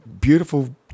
beautiful